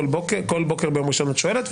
כל בוקר ביום ראשון את שואלת,